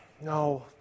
No